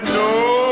no